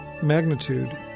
Magnitude